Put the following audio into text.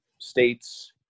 states